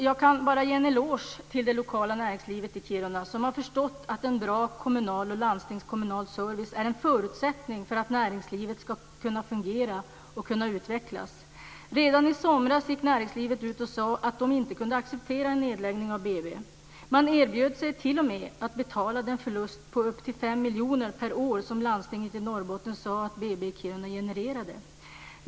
Jag kan bara ge en eloge till det lokala näringslivet i Kiruna som har förstått att en bra kommunal och landstingskommunal service är en förutsättning för att näringslivet ska fungera och kunna utvecklas. Redan i somras gick näringslivet ut och sa att de inte kunde acceptera en nedläggning av BB. Man erbjöd sig till och med att betala den förlust på upp till 5 miljoner per år som landstinget i Norrbotten sa att BB i Kiruna genererade.